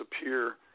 appear